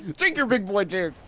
drink your big boy juice!